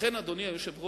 לכן, אדוני היושב-ראש,